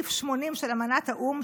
סעיף 80 של אמנת האו"ם,